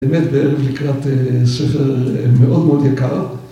באמת בערב לקראת ספר מאוד מאוד יקר